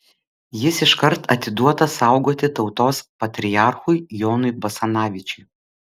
jis iškart atiduotas saugoti tautos patriarchui jonui basanavičiui